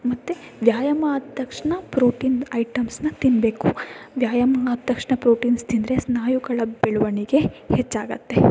ಮತ್ತು ವ್ಯಾಯಾಮ ಆದ ತಕ್ಷಣ ಪ್ರೋಟೀನ್ ಐಟಮ್ಸನ್ನ ತಿನ್ನಬೇಕು ವ್ಯಾಯಾಮ ಆದ ತಕ್ಷಣ ಪ್ರೋಟೀನ್ಸ್ ತಿಂದರೆ ಸ್ನಾಯುಗಳ ಬೆಳವಣಿಗೆ ಹೆಚ್ಚಾಗುತ್ತೆ